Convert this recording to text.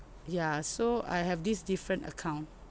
ya so I have this different account